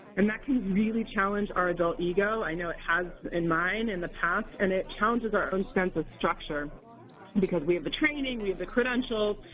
and that can really challenge our adult ego i know it has in mine in the past and it challenges our own sense of structure because we have the training, we have the credentials,